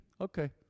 okay